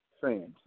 fans